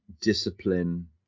discipline